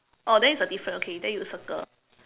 oh then it's a difference okay then you circle